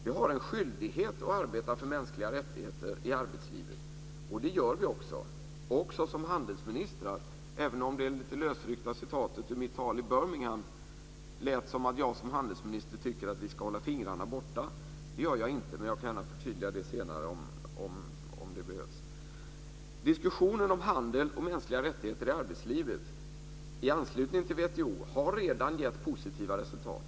Vi har en skyldighet att arbeta för mänskliga rättigheter i arbetslivet, och det gör vi också som handelsministrar, även om det lite lösryckta citatet från mitt tal i Birmingham lät som att jag som handelsminister tycker att vi ska hålla fingrarna borta. Det tycker jag inte, men jag kan förtydliga detta senare om det behövs. Diskussionen om handel och mänskliga rättigheter i arbetslivet i anslutning till WTO har redan gett positiva resultat.